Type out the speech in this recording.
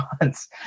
months